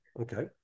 Okay